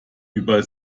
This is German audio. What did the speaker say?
über